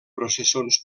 processons